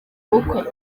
bukwe